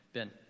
Ben